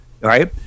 right